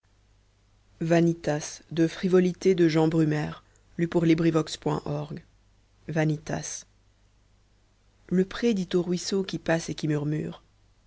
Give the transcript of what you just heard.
le pré dit au ruisseau qui passe et qui murmure